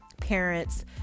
parents